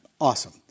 Awesome